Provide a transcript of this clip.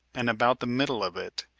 and about the middle of it,